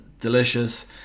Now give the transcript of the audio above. delicious